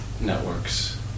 networks